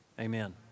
Amen